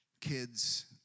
Kids